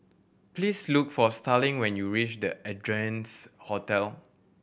please look for Starling when you reach The Ardennes Hotel